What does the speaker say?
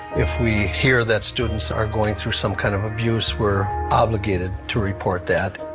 if we hear that students are going through some kind of abuse we're obligated to report that.